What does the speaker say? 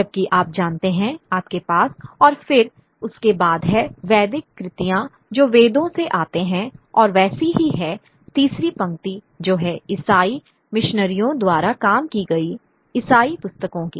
जबकि आप जानते हैं आपके पास और फिर उसके बाद है वैदिक कृतियां जो वेदों से आते हैं और वैसी ही है तीसरी पंक्ति जो है ईसाई मिशनरियों द्वारा काम की गई ईसाई पुस्तकों की